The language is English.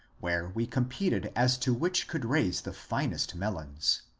where we competed as to which could raise the finest melons.